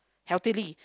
healthily